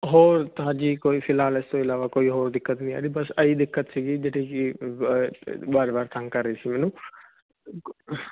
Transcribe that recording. ਹੋਰ ਹਾਂਜੀ ਕੋਈ ਫਿਲਹਾਲ ਇਸ ਤੋਂ ਇਲਾਵਾ ਕੋਈ ਹੋਰ ਦਿੱਕਤ ਨਹੀਂ ਬਸ ਇਹੀ ਦਿੱਕਤ ਸੀਗੀ ਜਿਹੜੀ ਵਾਰ ਵਾਰ ਤੰਗ ਕਰ ਰਹੀ ਸੀ ਮੈਨੂੰ